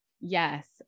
Yes